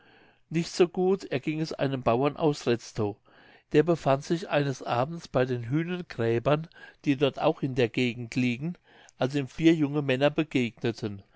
nicht so gut erging es einem bauern aus retztow der befand sich eines abends bei den hühnengräbern die dort auch in der gegend liegen als ihm vier junge männer begegneten